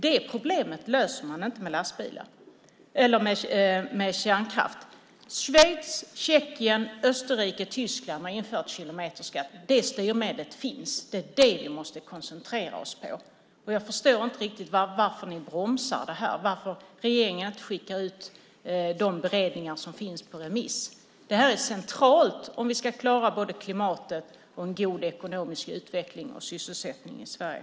Det problemet löser man inte med kärnkraft. Schweiz, Tjeckien, Österrike och Tyskland har infört kilometerskatt. Det styrmedlet finns. Det är det vi måste koncentrera oss på. Jag förstår inte riktigt varför ni bromsar detta och varför regeringen inte skickar ut de beredningar som finns på remiss. Det här är centralt om vi ska klara både klimatet och en god ekonomisk utveckling och sysselsättning i Sverige.